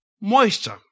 moisture